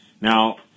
Now